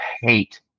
hate